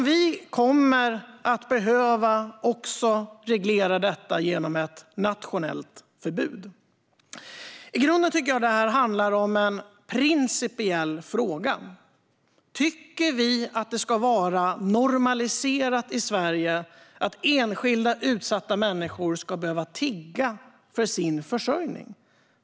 Vi kommer även att behöva reglera detta genom ett nationellt förbud. I grunden tycker jag att detta är en principiell fråga. Ska vi i Sverige normalisera att enskilda utsatta människor ska behöva tigga för sin försörjning?